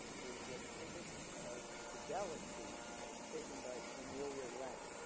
there's an image of the galaxy taken by cornelia lang.